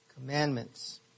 commandments